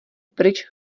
pryč